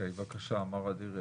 בקשה, מר אדירי.